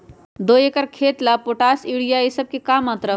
दो एकर खेत के ला पोटाश, यूरिया ये सब का मात्रा होई?